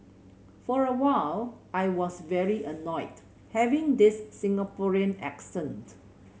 for a while I was very annoyed having this Singaporean accent